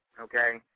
okay